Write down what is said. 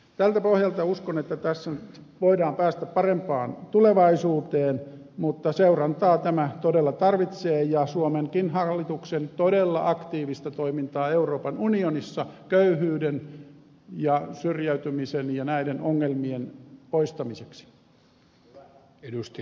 tältä pohjalta uskon tässä voidaan päästä parempaan tulevaisuuteen mutta seurantaa tämä todella tarvitsee ja suomenkin hallituksen todella aktiivista toimintaa euroopan unionissa köyhyyden ja syrjäytymisen ja näiden ongelmien poistamiseksi